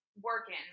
working